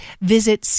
visit